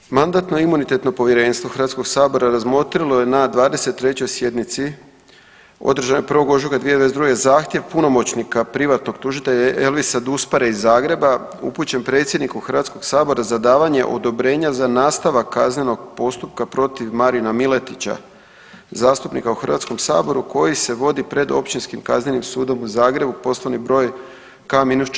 Drugo, Mandatno-imunitetno povjerenstvo Hrvatskog sabora razmotrilo je na 23. sjednici održanoj 1. ožujka 2022. zahtjev punomoćnika privatnog tužitelja Elvisa Duspare iz Zagreba upućen predsjedniku Hrvatskog sabora za davanje odobrenja za nastavak kaznenog postupka protiv Marina Miletića zastupnika u Hrvatskom saboru koji se vodi pred Općinskim sudom u Zagrebu Poslovni broj K-472/